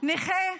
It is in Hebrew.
נכה